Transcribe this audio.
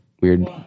weird